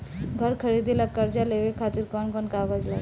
घर खरीदे ला कर्जा लेवे खातिर कौन कौन कागज लागी?